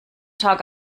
tag